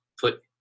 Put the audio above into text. put